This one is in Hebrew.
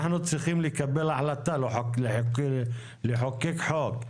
אנחנו צריכים לקבל החלטה, לחוקק חוק,